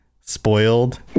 spoiled